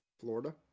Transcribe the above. Florida